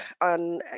on